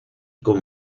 con